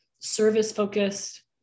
service-focused